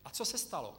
A co se stalo?